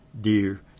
dear